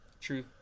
True